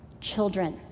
children